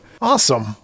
Awesome